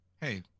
hey